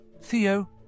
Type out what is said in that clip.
Theo